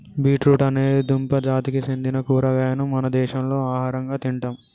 beet root అనేది దుంప జాతికి సెందిన కూరగాయను మన దేశంలో ఆహరంగా తింటాం